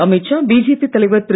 Amit Shah BJP தலைவர் திரு